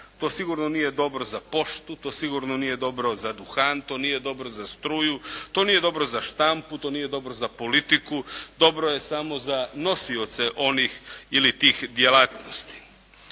To sigurno nije dobro za poštu. To sigurno nije dobro za duhan. To nije dobro za struju. To nije dobro za štampu. To nije dobro za politiku. Dobro je samo za nosioce onih ili tih djelatnosti.